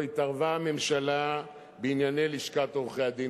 לא התערבה ממשלה בענייני לשכת עורכי-הדין.